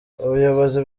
ubuyobozi